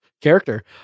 character